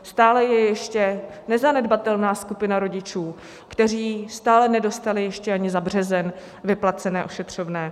Stále je ještě nezanedbatelná skupina rodičů, kteří stále nedostali ještě ani za březen vyplacené ošetřovné.